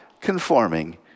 conforming